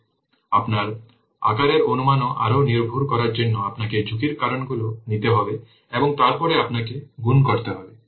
সুতরাং আপনার আকারের অনুমান আরও নির্ভুল করার জন্য আপনাকে ঝুঁকির কারণগুলি নিতে হবে এবং তারপরে আপনাকে গুণ করতে হবে